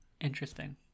Interesting